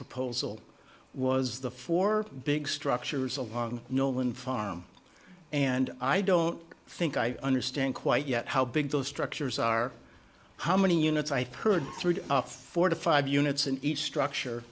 proposal was the four big structures along no wind farm and i don't think i understand quite yet how big those structures are how many units i heard three four to five units in each structure